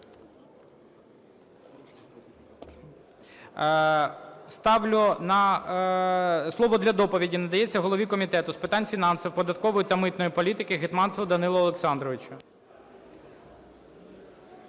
Слово для доповіді надається голові Комітету з питань фінансової, податкової та митної політики Гетманцеву Данилу Олександровичу.